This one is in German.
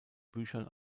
büchern